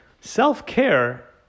Self-care